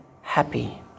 happy